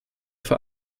für